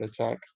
attack